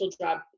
job